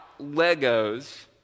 Legos